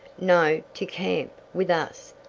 no, to camp, with us,